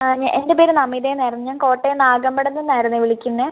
ആ എൻ്റെ പേര് നമിതയെന്ന് ആയിരുന്നു ഞാൻ കോട്ടയം നാഗമ്പടത്തു നിന്നായിരുന്നു വിളിക്കുന്നത്